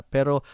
Pero